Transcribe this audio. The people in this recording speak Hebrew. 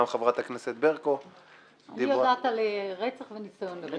גם חברת הכנסת ברקו דיברה --- אני יודעת על רצח וניסיון לרצח.